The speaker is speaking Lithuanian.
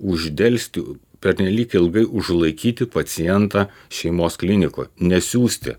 uždelsti pernelyg ilgai užlaikyti pacientą šeimos klinikoj nesiųsti